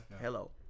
Hello